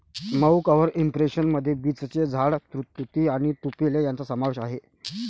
मऊ cover impression मध्ये बीचचे झाड, तुती आणि तुपेलो यांचा समावेश आहे